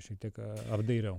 šiek tiek apdairiau